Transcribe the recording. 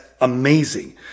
amazing